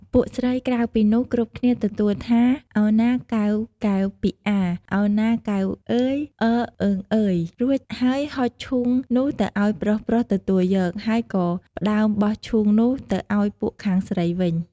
ពួកស្រីក្រៅពីនោះគ្រប់គ្នាទទួលថា «ឱណាកែវកែវពិអា ឱណាកែវ អឺយ អឺអឺងអឺយ!» រួចហើយហុចឈូងនោះទៅអោយប្រុសៗ ទទួយក ហើយក៏ផ្ដើមបោះឈូងនោះទៅអោយពួកខាងស្រីវិញ។